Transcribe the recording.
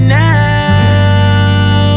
now